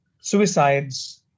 suicides